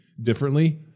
differently